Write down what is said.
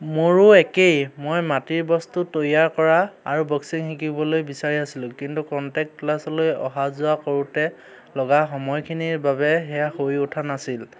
মোৰো একেই মই মাটিৰ বস্তু তৈয়াৰ কৰা আৰু বক্সিং শিকিবলৈ বিচাৰি আছিলোঁ কিন্তু কনটেক্ট ক্লাছলৈ অহা যোৱা কৰোঁতে লগা সময়খিনিৰ বাবে সেয়া হৈ উঠা নাছিল